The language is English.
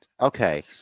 Okay